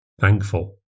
thankful